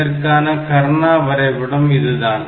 இதற்கான கர்னா வரைபடம் இதுதான்